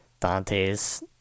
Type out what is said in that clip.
dante's